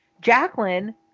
Jacqueline